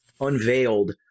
unveiled